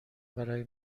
برای